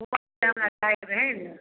घुमैलेल हमरा जाइके रहै ने